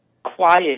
quiet